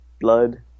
Blood